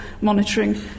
monitoring